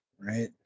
Right